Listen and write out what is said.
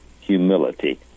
humility